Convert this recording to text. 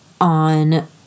on